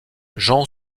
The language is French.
jean